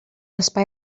espai